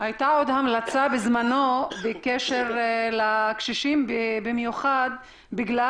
המלצה בזמנו בקשר לקשישים במיוחד בגלל